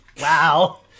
Wow